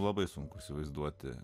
labai sunku įsivaizduoti